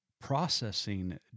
processing